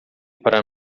para